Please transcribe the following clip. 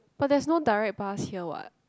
but there's no direct bus here what